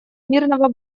мирного